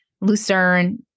Lucerne